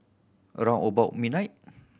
a round about midnight